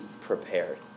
prepared